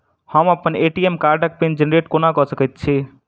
हम अप्पन ए.टी.एम कार्डक पिन जेनरेट कोना कऽ सकैत छी?